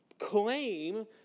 claim